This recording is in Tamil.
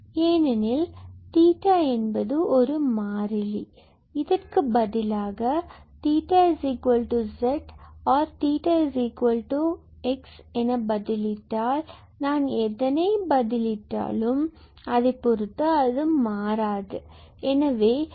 ஏனெனில் 𝜃 என்பது ஒரு மாறிலி இதற்கு பதிலாக 𝜃𝑧 or 𝜃𝑥 என பதிலிட்டால் நான் எதை பதிலிட்டாலும் அதை பொருத்து அது மாறாது